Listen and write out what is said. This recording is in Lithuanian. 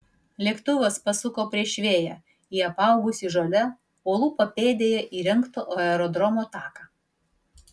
lėktuvas pasuko prieš vėją į apaugusį žole uolų papėdėje įrengto aerodromo taką